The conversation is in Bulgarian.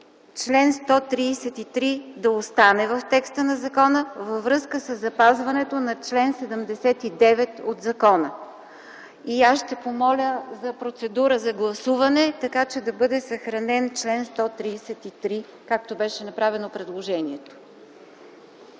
чл. 133 да остане в текста на закона във връзка със запазването на чл. 79. Ще помоля за процедура за гласуване, за да бъде съхранен чл. 133, както беше направено предложението.